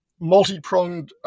multi-pronged